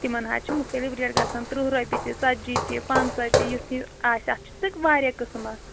تِمن حظ چھِ مُختلف ریٚٹ گژھان ترٕٛہ رۅپیہِ تہِ ژتجی تہِ پنٛژاہ تہِ یُتھ یہِ آسہِ اتھ چھِ واریاہ قٕسم حظ